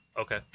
Okay